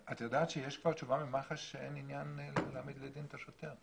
את יודעת שיש תשובה ממח"ש שאין עניין להעמיד לדין את השוטר?